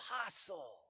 apostle